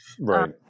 Right